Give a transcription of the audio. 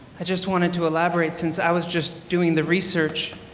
i just wanted to elaborate since i was just doing the research,